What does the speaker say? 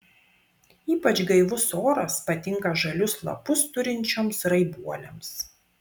ypač gaivus oras patinka žalius lapus turinčioms raibuolėms